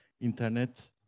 internet